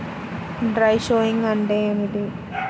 Dry sowing అంటే ఏమిటి?